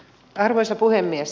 arvoisa puhemies